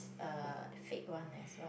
uh fake one as well